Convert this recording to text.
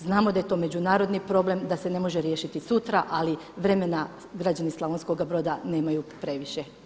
Znamo da je to međunarodni problem, da se ne može riješiti sutra ali vremena građani Slavonskoga Broda nemaju previše.